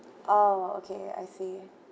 oh okay I see